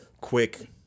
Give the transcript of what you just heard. quick